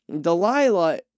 Delilah